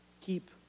Keep